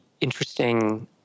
interesting